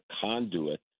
conduit